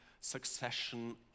succession